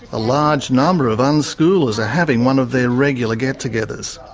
a large number of unschoolers are having one of their regular get-togethers.